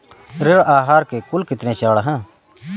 ऋण आहार के कुल कितने चरण हैं?